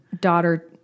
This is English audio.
daughter